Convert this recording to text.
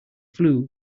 flue